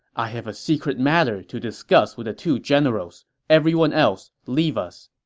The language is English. i have a secret matter to discuss with the two generals. everyone else, leave us.